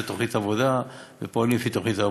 זו תוכנית עבודה, ופועלים לפי תוכנית העבודה.